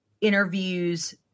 interviews